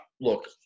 Look